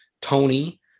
Tony